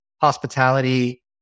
hospitality